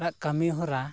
ᱠᱟᱹᱢᱤ ᱦᱚᱨᱟ